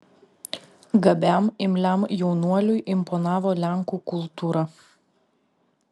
gabiam imliam jaunuoliui imponavo lenkų kultūra